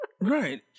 Right